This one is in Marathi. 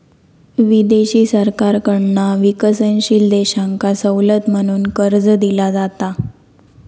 विदेशी सरकारकडना विकसनशील देशांका सवलत म्हणून कर्ज दिला जाता